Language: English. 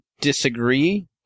disagree